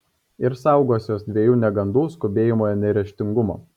ir saugosiuos dviejų negandų skubėjimo ir neryžtingumo